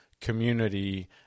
community